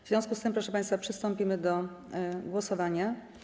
W związku z tym, proszę państwa, przystąpimy do głosowania.